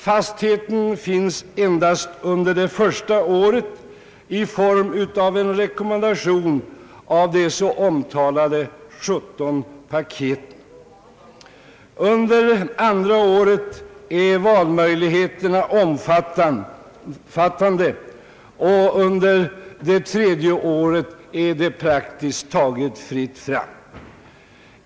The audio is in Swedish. Fastheten finns endast under det första året i form av en rekommendation av de omtalade sjutton paketen. Under andra året är valmöjligheterna omfattande, och under det tredje året är det praktiskt taget fritt fram.